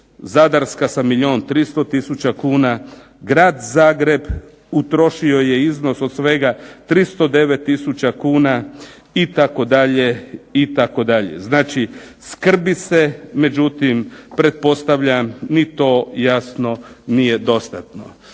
Zadarska sa milijun 300 tisuća kuna. Grad Zagreb utrošio je iznos od svega 309 tisuća kuna itd., itd. Znači, skrbi se međutim pretpostavljam ni to jasno nije dostatno.